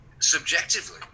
subjectively